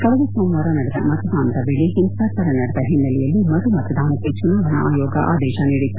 ಕಳೆದ ಸೋಮವಾರ ನಡೆದ ಮತದಾನ ವೇಳೆ ಹಿಂಸಾಚಾರ ನಡೆದ ಹಿನ್ನೆಲೆಯಲ್ಲಿ ಮರು ಮತದಾನಕ್ಕೆ ಚುನಾವಣಾ ಆಯೋಗ ಆದೇತ ನೀಡಿತ್ತು